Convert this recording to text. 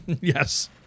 Yes